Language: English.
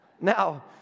Now